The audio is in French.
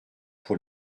pour